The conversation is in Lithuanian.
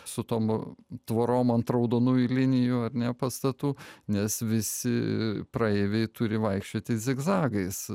su tomu tvorom ant raudonųjų linijų ar ne pastatų nes visi praeiviai turi vaikščioti zigzagais